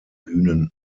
bühnen